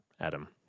Adam